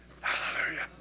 Hallelujah